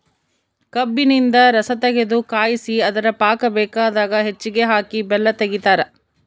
ಕಬ್ಬಿನಿಂದ ರಸತಗೆದು ಕಾಯಿಸಿ ಅದರ ಪಾಕ ಬೇಕಾದ ಹೆಚ್ಚಿಗೆ ಹಾಕಿ ಬೆಲ್ಲ ತೆಗಿತಾರ